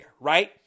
Right